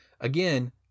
again